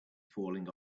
falling